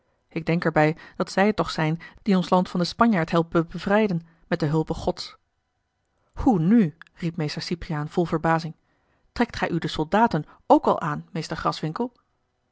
ik denk er bij dat zij het toch zijn die ons land van den spanjaard helpen bevrijden met de hulpe gods a l g bosboom-toussaint de delftsche wonderdokter eel oe nu riep meester cypriaan vol verbazing trekt gij u de soldaten ook al aan mr